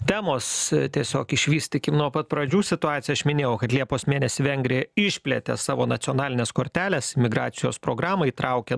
temos tiesiog išvystykim nuo pat pradžių situaciją aš minėjau kad liepos mėnesį vengrija išplėtė savo nacionalines korteles į migracijos programą įtraukė